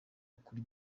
kuri